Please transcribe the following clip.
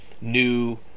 new